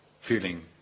feeling